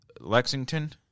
Lexington